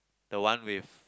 the one with